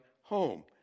home